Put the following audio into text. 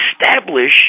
establish